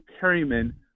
Perryman